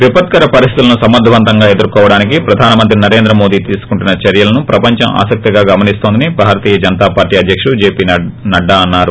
విపత్కర పరిస్లితులను సమర్గవంతంగా ఎదుర్కోడానికి ప్రధాన మంత్రి నరేంద్ర మోదీ తీసుకుంటున్న చర్యలను ప్రపంచం ఆసక్తిగా గమనిస్తోందని భారతీయ జనతాపార్టీ అధ్యకుడు జేపీ నడ్డా అన్నారు